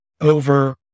over